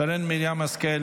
שרן מרים השכל,